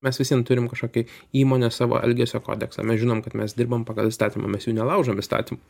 mes vis vien turim kažkokį įmonė savo elgesio kodeksą mes žinom kad mes dirbam pagal įstatymą mes jų nelaužom įstatym